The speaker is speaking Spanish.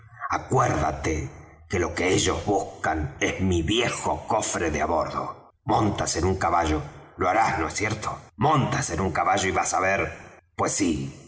acuérdate que lo que ellos buscan es mi viejo cofre de á bordo montas en un caballo lo harás no es cierto montas en un caballo y vas á ver pues sí